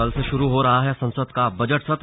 कल से शुरू हो रहा है संसद का बजट सत्र